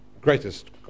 greatest